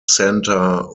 santa